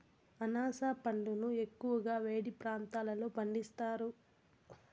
అనాస పండును ఎక్కువగా వేడి ప్రాంతాలలో పండిస్తారు